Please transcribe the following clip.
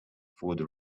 food